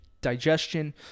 digestion